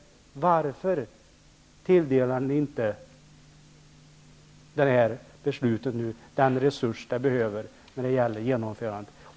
Varför tilldelar ni inte genom det här beslutet den resurs som behövs för genomförandet?